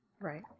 Right